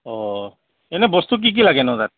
অঁ এনেই বস্তু কি কি লাগেনো তাত